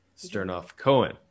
Sternoff-Cohen